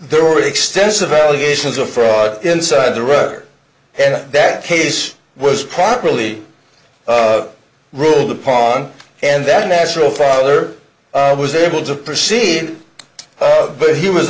there were extensive allegations of fraud inside the rudder and that case was properly ruled upon and that natural father was able to proceed but he was